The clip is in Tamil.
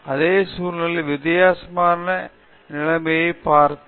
அதே சூழ்நிலையில் வித்தியாசமான நிலைமையைப் பார்த்தேன்